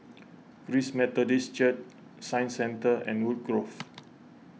Christ Methodist Church Science Centre and Woodgrove